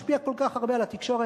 לא לנסות להשפיע כל כך הרבה על התקשורת,